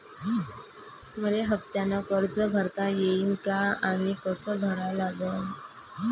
मले हफ्त्यानं कर्ज भरता येईन का आनी कस भरा लागन?